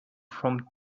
from